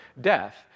death